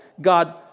God